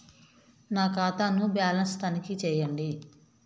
నా ఖాతా ను బ్యాలన్స్ తనిఖీ చేయండి?